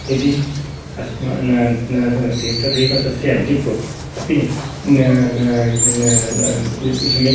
यदि अस्मान् अस्ति तथैव तस्य जिप् अपि जिप् सम्यक्